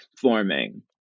forming